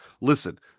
listen